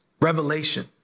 revelation